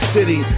City